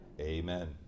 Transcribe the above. amen